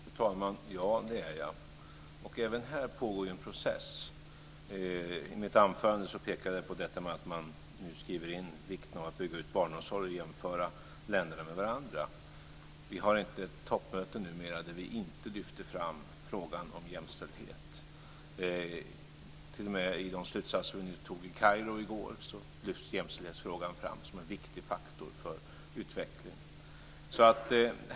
Fru talman! Ja, det är jag. Även här pågår en process. I mitt anförande pekade jag på att man nu skriver in vikten av att bygga ut barnomsorg och jämföra länderna med varandra. Vi har numera inte ett toppmöte där vi inte lyfter fram frågan om jämställdhet. T.o.m. i de slutsatser som vi nu antog i Kairo i går lyfts jämställdhetsfrågan fram som en viktig faktor för utveckling.